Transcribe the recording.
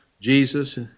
Jesus